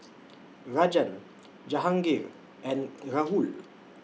Rajan Jahangir and Rahul